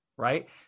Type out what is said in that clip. Right